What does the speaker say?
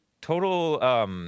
total